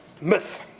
myth